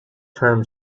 term